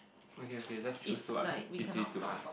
okay okay let's choose what's easy to ask